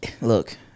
Look